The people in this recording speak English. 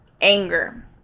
anger